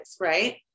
right